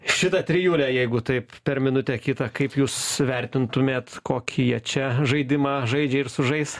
šitą trijulę jeigu taip per minutę kitą kaip jūs vertintumėt kokį jie čia žaidimą žaidžia ir sužais